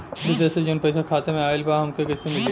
विदेश से जवन पैसा खाता में आईल बा हम कईसे निकाली?